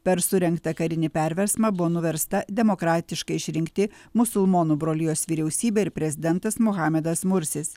per surengtą karinį perversmą buvo nuversta demokratiškai išrinkti musulmonų brolijos vyriausybė ir prezidentas muhamedas mursis